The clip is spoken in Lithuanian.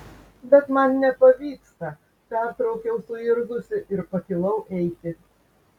bet man nepavyksta pertraukiau suirzusi ir pakilau eiti